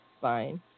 fine